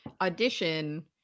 audition